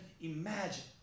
imagine